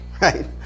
Right